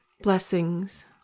Blessings